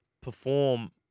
perform